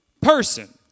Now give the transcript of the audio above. person